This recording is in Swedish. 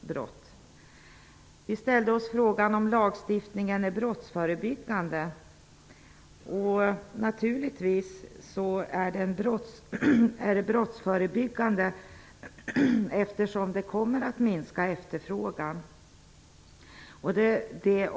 Vi frågade oss om lagstiftningen är brottsförebyggande. Den är naturligtvis brottsförebyggande, eftersom den kommer att innebära att efterfrågan minskar.